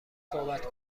صحبت